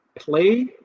Play